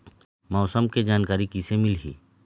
मौसम के जानकारी किसे मिलही?